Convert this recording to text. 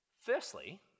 Firstly